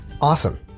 Awesome